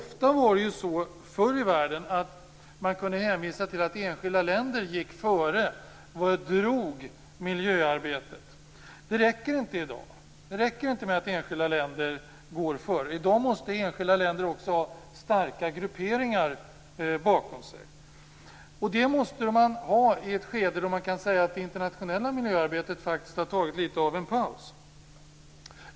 Förr i världen var det ofta så att man kunde hänvisa till att enskilda länder gick före och drog med sig andra i miljöarbete. Det räcker inte i dag. Det räcker inte med att enskilda länder går före. I dag måste enskilda länder också ha starka grupperingar bakom sig. Det måste man ha i ett skede när det internationella miljöarbetet har tagit lite av en paus.